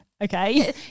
Okay